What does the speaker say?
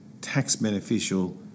tax-beneficial